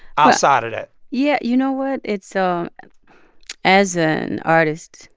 outside of that yeah. you know what? it's so and as an artist,